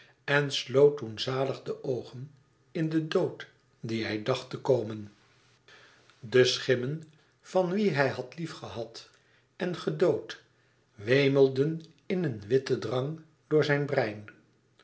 en sloot toen zalig de oogen in den dood die hij dacht te komen de schimmen van wie hij had liefgehad en gedood wemelden in een witten drang door zijn brein